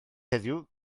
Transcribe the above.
heddiw